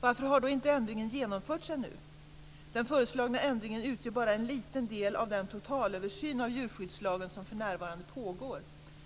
Varför har då inte ändringen genomförts ännu? Den föreslagna ändringen utgör bara en liten del av den totalöversyn av djurskyddslagen som för närvarande pågår.